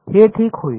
हे ठीक होईल